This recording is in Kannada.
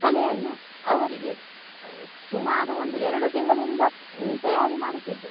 ಕಲೆಯನ್ನು ಅವರಿಗೆ ಸುಮಾರು ಒಂದು ಎರಡು ತಿಂಗಳಿಂದ ತಯಾರು ಮಾಡುತ್ತಿದ್ದೆ